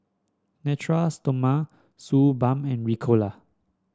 Natura Stoma Suu Balm and Ricola